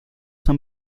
han